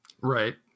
Right